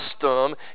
custom